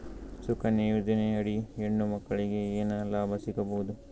ಸುಕನ್ಯಾ ಯೋಜನೆ ಅಡಿ ಹೆಣ್ಣು ಮಕ್ಕಳಿಗೆ ಏನ ಲಾಭ ಸಿಗಬಹುದು?